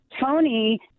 Tony